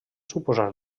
suposar